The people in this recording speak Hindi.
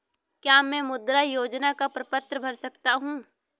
क्या मैं मुद्रा योजना का प्रपत्र भर सकता हूँ?